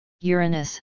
Uranus